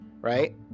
right